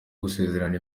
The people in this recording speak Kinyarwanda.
gusezerana